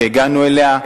והגענו אליה.